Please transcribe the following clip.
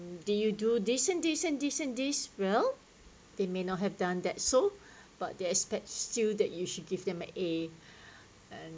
do you do this and this and this and this well they may not have done that so but they expect still that you should give them an A